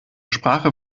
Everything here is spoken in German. sprache